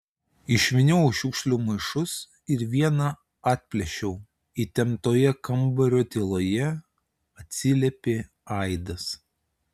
išvyniojau šiukšlių maišus ir vieną atplėšiau įtemptoje kambario tyloje atsiliepė aidas